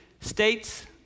states